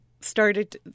started